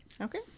Okay